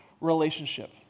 relationship